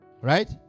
right